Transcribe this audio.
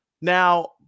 Now